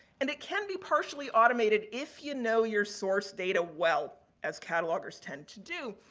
and, it can be partially automated if you know your source data well as catalogers tend to do.